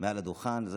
מעל הדוכן.